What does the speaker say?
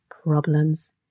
problems